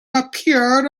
appeared